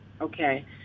okay